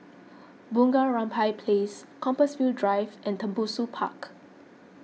Bunga Rampai Place Compassvale Drive and Tembusu Park